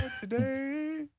today